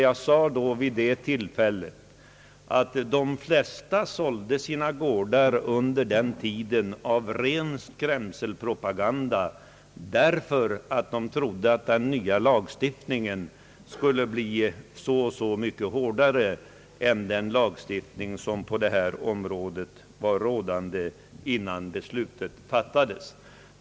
Jag sade då, att de flesta sålde sina gårdar under den tiden till följd av ren skrämselpropaganda; de trodde att den nya lagen skulle bli hårdare än den lag som gällde på detta område innan beslutet fattades.